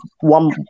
one